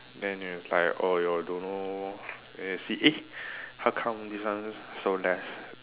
then there is like oh you don't know and then you see eh how come this one so less